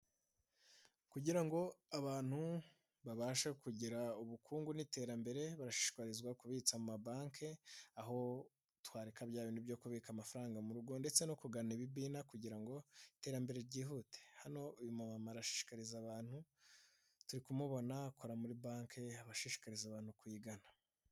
Kugira ngo abantu babashe kugira ubukungu n'iterambere, bashishikarizwa kubitsa amabanki, aho twareka bya bindi byo kubika amafaranga mu rugo, ndetse no kugana ibimina kugira ngo iterambere ryihute. Hano uyu arashishikariza abantu, turi kumubona akora muri banki bashishikariza abantu kuyigana.